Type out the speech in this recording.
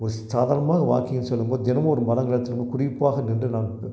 ஒரு சாதாரணமான வாக்கிங் செல்லும் போது தினமும் ஒரு மரங்களிடத்தில் நின்று குறிப்பாக நின்று நான் பே